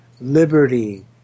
liberty